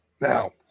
Now